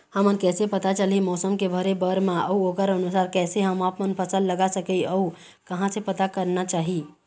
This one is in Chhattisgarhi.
हमन कैसे पता चलही मौसम के भरे बर मा अउ ओकर अनुसार कैसे हम आपमन फसल लगा सकही अउ कहां से पता करना चाही?